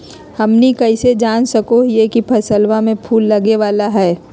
हमनी कइसे जान सको हीयइ की फसलबा में फूल लगे वाला हइ?